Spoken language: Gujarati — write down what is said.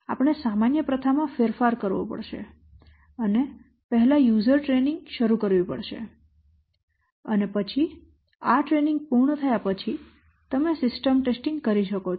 આપણે સામાન્ય પ્રથામાં ફેરફાર કરવો પડશે અને પહેલા યુઝર ટ્રેનિંગ શરૂ કરવી પડશે અને પછી આ ટ્રેનિંગ પૂર્ણ થયા પછી તમે સિસ્ટમ ટેસ્ટિંગ કરી શકો છો